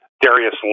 Darius